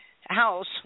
House